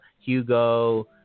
Hugo